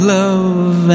love